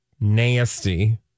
nasty